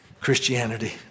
Christianity